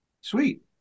Sweet